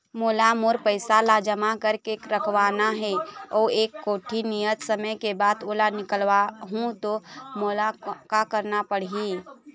मोला मोर पैसा ला जमा करके रखवाना हे अऊ एक कोठी नियत समय के बाद ओला निकलवा हु ता मोला का करना पड़ही?